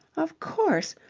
of course.